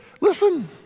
listen